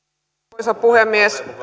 arvoisa puhemies